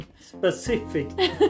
specific